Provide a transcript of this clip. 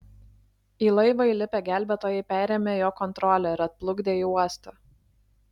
į laivą įlipę gelbėtojai perėmė jo kontrolę ir atplukdė į uostą